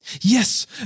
Yes